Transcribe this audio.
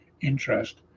interest